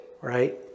right